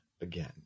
again